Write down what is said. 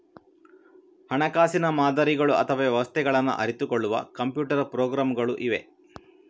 ಹಣಕಾಸಿನ ಮಾದರಿಗಳು ಅಥವಾ ವ್ಯವಸ್ಥೆಗಳನ್ನ ಅರಿತುಕೊಳ್ಳುವ ಕಂಪ್ಯೂಟರ್ ಪ್ರೋಗ್ರಾಮುಗಳು ಇವೆ